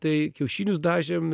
tai kiaušinius dažėm